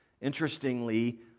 interestingly